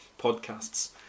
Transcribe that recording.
podcasts